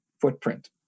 footprint